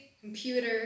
computer